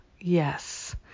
Yes